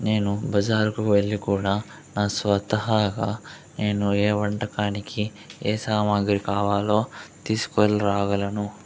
నేను బజారుకు వెళ్ళి కూడా నా స్వతహాగా నేను ఏ వంటకానికి ఏ సామాగ్రి కావాలో తీసుకువెళ్ళి రాగలను